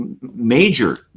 major